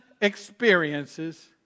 experiences